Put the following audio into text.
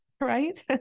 right